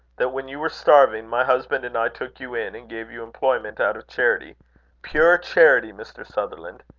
that when you were starving, my husband and i took you in and gave you employment out of charity pure charity, mr. sutherland.